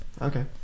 Okay